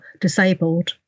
disabled